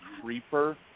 creeper